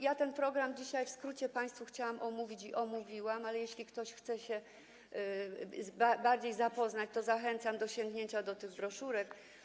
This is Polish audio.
Ja ten program dzisiaj w skrócie chciałam omówić i omówiłam, ale jeśli ktoś chce się z nim bardziej zapoznać, to zachęcam do sięgnięcia do tych broszurek.